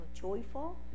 joyful